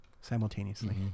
simultaneously